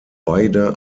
beide